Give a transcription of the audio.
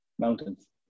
mountains